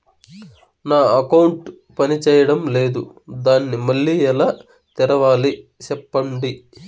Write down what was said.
నా అకౌంట్ పనిచేయడం లేదు, దాన్ని మళ్ళీ ఎలా తెరవాలి? సెప్పండి